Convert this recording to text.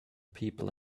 people